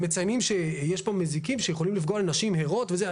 והם מציינים שיש פה מזיקים שיכולים לפגוע לנשים הרות וזה.